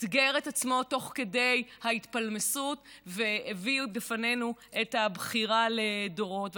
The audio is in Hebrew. אתגר את עצמו תוך כדי ההתפלמסות והביא בפנינו את הבחירה לדורות.